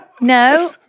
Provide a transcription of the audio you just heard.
no